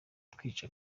twica